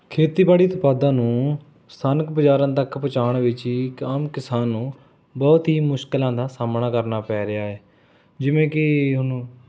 ਖੇਤੀਬਾੜੀ ਉਤਪਾਦਾਂ ਨੂੰ ਸਥਾਨਕ ਬਜ਼ਾਰਾਂ ਤੱਕ ਪਹੁੰਚਾਉਣ ਵਿੱਚ ਇੱਕ ਆਮ ਕਿਸਾਨ ਨੂੰ ਬਹੁਤ ਹੀ ਮੁਸ਼ਕਿਲਾਂ ਦਾ ਸਾਹਮਣਾ ਕਰਨਾ ਪੈ ਰਿਹਾ ਹੈ ਜਿਵੇਂ ਕਿ ਉਹਨੂੰ